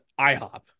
IHOP